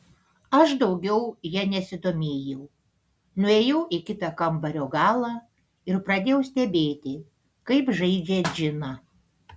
aš daugiau ja nesidomėjau nuėjau į kitą kambario galą ir pradėjau stebėti kaip žaidžia džiną